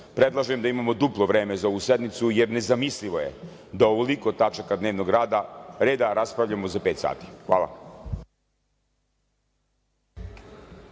da imamo duplo vreme za ovu sednicu, jer nezamislivo je da o ovoliko tačaka dnevnog reda raspravljamo za pet sati. Hvala.